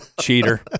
Cheater